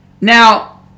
Now